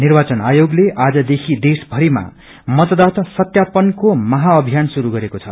निर्वाचन आयोगले आजदेखि देशभरिमा मतदाता सत्यापनको महाअभियान शुरू गरेको छ